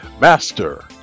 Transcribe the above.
Master